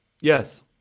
Yes